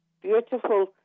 beautiful